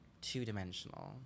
two-dimensional